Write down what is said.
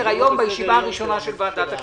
היום בישיבה הראשונה של ועדת הכספים.